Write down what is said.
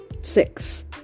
Six